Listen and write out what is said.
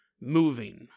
moving